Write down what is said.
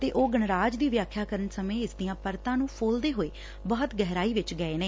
ਅਤੇ ਉਹ ਗਣਰਾਜ ਦੀ ਵਿਆਖਿਆ ਕਰਨ ਸਮੇ ਇਸਦੀਆ ਪਰਤਾ ਨੂੰ ਫੋਲਦੇ ਹੋਏ ਬਹੁਤ ਗਹਰਾਈ ਵਿਚ ਗਏ ਨੇ